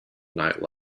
night